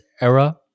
era